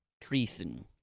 treason